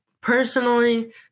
Personally